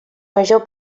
major